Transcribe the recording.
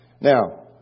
Now